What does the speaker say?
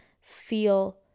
feel